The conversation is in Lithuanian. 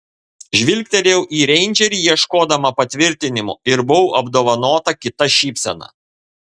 žvilgtelėjau į reindžerį ieškodama patvirtinimo ir buvau apdovanota kita šypsena